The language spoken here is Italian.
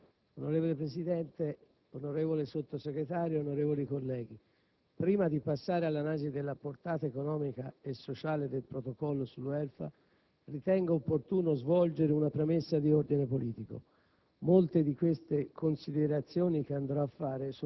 *(UDC)*. Onorevole Presidente, onorevole Sottosegretario, onorevoli colleghi, prima di passare all'analisi della portata economica e sociale del Protocollo sul *welfare*, ritengo opportuno svolgere una premessa di ordine politico.